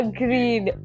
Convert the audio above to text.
Agreed